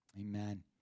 Amen